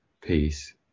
peace